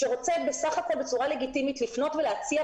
שרוצה בסך הכול בצורה לגיטימית לפנות ולהציע,